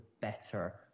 better –